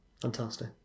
fantastic